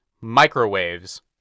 Microwaves